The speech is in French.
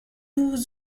vous